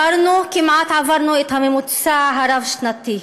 כמעט עברנו את הממוצע הרב-שנתי.